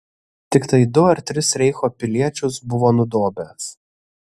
tiktai du ar tris reicho piliečius buvo nudobęs